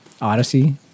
Odyssey